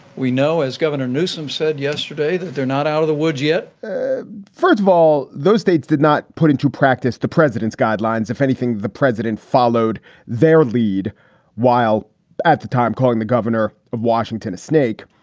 we know, as governor newsom said yesterday, that they're not out of the woods yet first of all, those states did not put into practice the president's guidelines, if anything. the president followed their lead while at the time calling the governor of washington a snake.